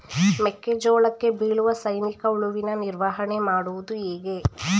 ಮೆಕ್ಕೆ ಜೋಳಕ್ಕೆ ಬೀಳುವ ಸೈನಿಕ ಹುಳುವಿನ ನಿರ್ವಹಣೆ ಮಾಡುವುದು ಹೇಗೆ?